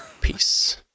Peace